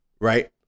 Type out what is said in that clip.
Right